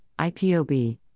IPOB